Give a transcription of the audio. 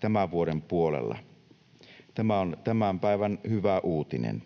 tämän vuoden puolella. Tämä on tämän päivän hyvä uutinen.